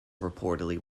reportedly